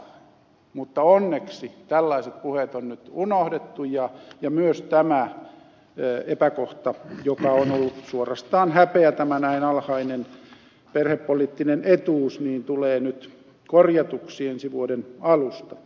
mutta onneksi tällaiset puheet on nyt unohdettu ja myös tämä epäkohta joka on ollut suorastaan häpeä tämä näin alhainen perhepoliittinen etuus tulee nyt korjatuksi ensi vuoden alusta